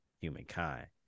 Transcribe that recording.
humankind